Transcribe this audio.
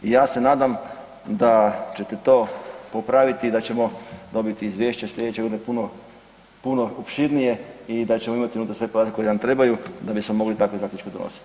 I ja se nadam da ćete to popraviti i da ćemo dobiti izvješće slijedeće godine puno opširnije i da ćemo imati unutra sve podatke koji nam trebaju da bismo mogli takve zaključke donositi.